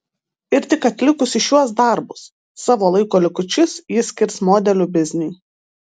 ir tik atlikusi šiuos darbus savo laiko likučius ji skirs modelių bizniui